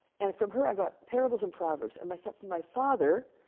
and from her, i got parables and proverbs. and my, from from my father,